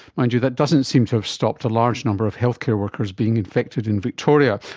mind you, that doesn't seem to have stopped a large number of healthcare workers being infected in victoria,